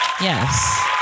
Yes